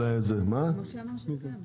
משה אמר שכן.